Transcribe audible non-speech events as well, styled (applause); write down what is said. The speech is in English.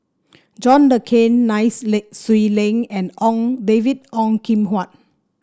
John Le Cain Nai (unintelligible) Swee Leng and Ong David Ong Kim Huat